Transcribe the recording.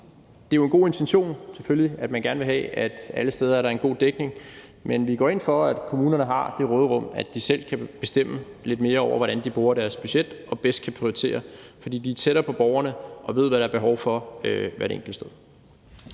Det er jo en god intention, selvfølgelig, at man gerne vil have, at der alle steder er en god dækning, men vi går ind for, at kommunerne har det råderum, at de selv kan bestemme lidt mere over, hvordan de bruger deres budget og bedst kan prioritere. For de er tættere på borgerne og ved, hvad der er behov for hvert enkelt sted.